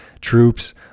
troops